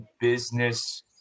business